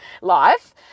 life